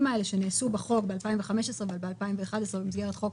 האלה שנעשו בחוק ב-2015 וב-2011 במסגרת חוק